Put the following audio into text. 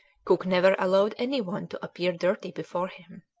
cook never allowed any one to appear dirty before him.